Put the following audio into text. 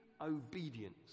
obedience